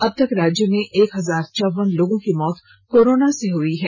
अब तक राज्य में एक हजार चौवन लोगों की मौत कोरोना से हुई हैं